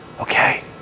Okay